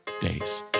days